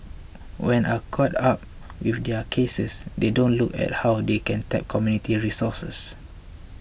when are caught up with their cases they don't look at how they can tap community resources